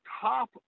top